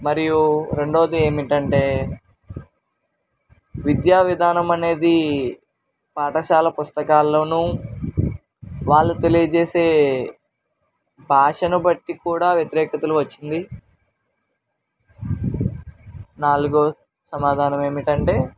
మరియు రెండవది ఏమిటంటే విద్యా విధానం అనేది పాఠశాల పుస్తకాల్లోనూ వాళ్ళు తెలియజేసే భాషను బట్టి కూడా వ్యతిరేకతలు వచ్చింది నాలుగో సమాధానం ఏమిటంటే